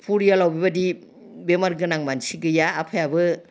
फरियालाव बेबादि बेमार गोनां मानसि गैया आफायाबो